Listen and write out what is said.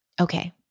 Okay